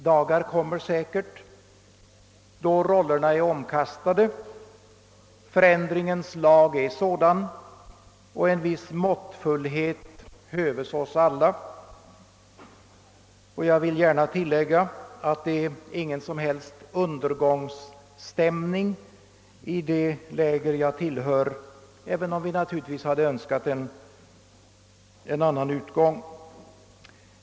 Dagar kommer säkert då rollerna är omkastade — förändringens lag är sådan, och en viss måttfullhet höves oss alla. Jag vill gärna tillägga att det inte råder någon som helst undergångsstämning i det läger jag tillhör, även om vi naturligtvis hade önskat en annan utgång av valet.